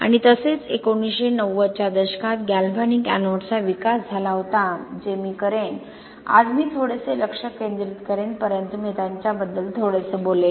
आणि तसेच 1990 च्या दशकात गॅल्व्हॅनिक एनोड्सचा विकास झाला होता जे मी करेन आज मी थोडेसे लक्ष केंद्रित करेन परंतु मी त्यांच्याबद्दल थोडेसे बोलेन